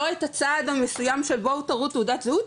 לא את הצעד המסוים של בואו תראו תעודת זהות,